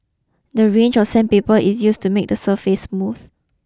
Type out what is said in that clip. the range of sandpaper is used to make the surface smooth